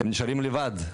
הם נשארים לבד.